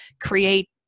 create